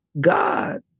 God